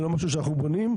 זה לא משהו שאנחנו בונים,